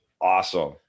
Awesome